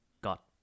got